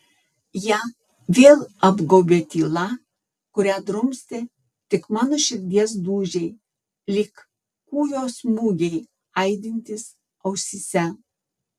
ją vėl apgaubė tyla kurią drumstė tik mano širdies dūžiai lyg kūjo smūgiai aidintys ausyse